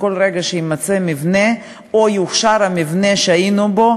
בכל רגע שיימצא מבנה או יאושר המבנה שהיינו בו,